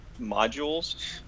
modules